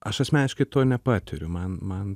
aš asmeniškai to nepatiriu man man